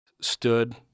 stood